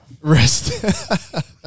Rest